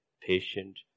patient